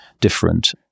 different